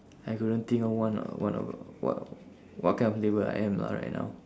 I couldn't think of one ah one of uh what what kind of label I am lah right now